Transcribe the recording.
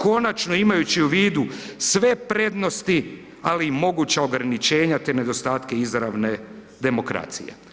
Konačno, imajući u vidu sve prednosti, ali i moguća ograničenja, te nedostatke izravne demokracije.